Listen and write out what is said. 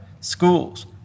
schools